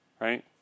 right